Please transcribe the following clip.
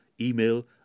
email